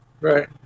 Right